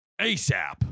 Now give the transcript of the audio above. ASAP